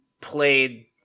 played